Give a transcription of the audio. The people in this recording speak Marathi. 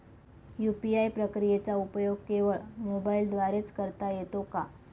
यू.पी.आय प्रक्रियेचा उपयोग केवळ मोबाईलद्वारे च करता येतो का?